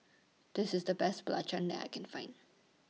This IS The Best Belacan that I Can Find